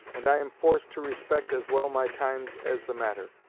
and i am forced to respect as well my times as the matter.